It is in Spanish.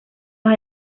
los